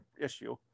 issue